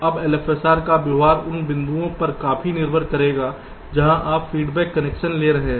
अब LFSR का व्यवहार उन बिंदुओं पर काफी निर्भर करेगा जहां से आप फीडबैक कनेक्शन ले रहे हैं